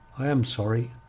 i am sorry.